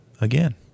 again